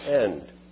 end